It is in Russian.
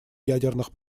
ядерных